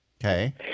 Okay